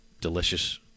delicious